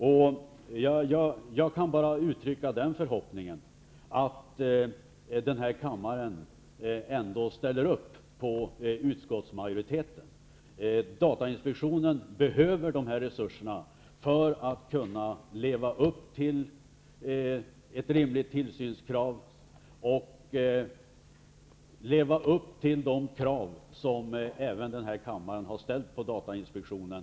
Jag kan bara uttrycka förhoppningen att denna kammare ställer upp på utskottsmajoritetens förslag. Datainspektionen behöver dessa resurser för att leva upp till ett rimligt tillsynskrav och till de krav som denna kammare har ställt på inspektionen.